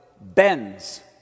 bends